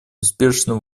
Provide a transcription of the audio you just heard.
успешным